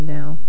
now